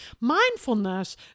mindfulness